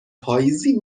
پاییزی